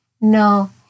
no